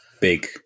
big